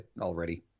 already